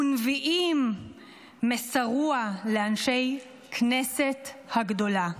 ונביאים מסרוה לאנשי כנסת הגדולה".